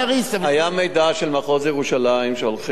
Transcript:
היה מידע של מחוז ירושלים שהולכים לבצע